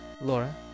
Laura